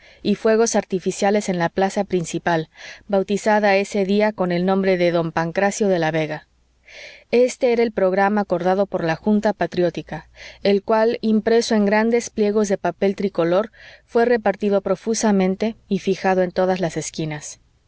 y fuegos artificiales en la plaza principal bautizada ese día con el nombre de don pancracio de la vega este era el programa acordado por la r junta patriótica el cual impreso en grandes pliegos de papel tricolor fué repartido profusamente y fijado en todas las esquinas